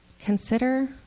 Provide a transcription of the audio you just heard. Consider